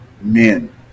Men